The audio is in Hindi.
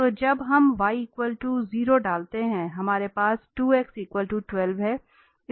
तो जब हम y 0 डालते हैं हमारे पास 2x 12 है